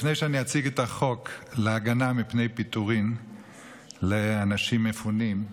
לפני שאציג את החוק להגנה מפני פיטורין לאנשים מפונים,